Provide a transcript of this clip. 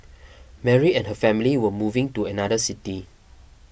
Mary and her family were moving to another city